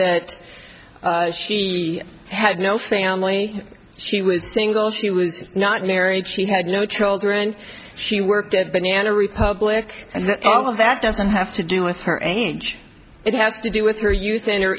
that she had no family she was single she was not married she had no children she worked at banana republic and all of that doesn't have to do with her and it has to do with her youth